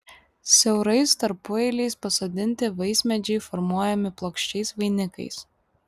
siaurais tarpueiliais pasodinti vaismedžiai formuojami plokščiais vainikais